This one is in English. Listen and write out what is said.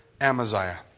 Amaziah